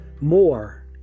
more